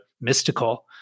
mystical